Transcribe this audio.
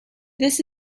this